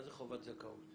מה זה חובת זכאות?